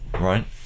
right